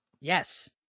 Yes